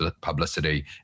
publicity